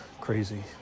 crazy